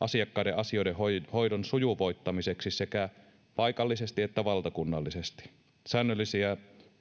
asiakkaiden asioiden hoidon hoidon sujuvoittamiseksi sekä paikallisesti että valtakunnallisesti säännöllisiä